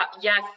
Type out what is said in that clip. yes